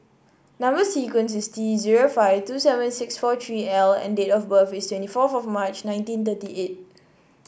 number sequence is T zero five two seven six four three L and date of birth is twenty four of March nineteen thirty eight